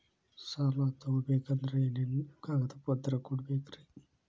ಸಾಲ ತೊಗೋಬೇಕಂದ್ರ ಏನೇನ್ ಕಾಗದಪತ್ರ ಕೊಡಬೇಕ್ರಿ?